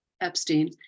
Epstein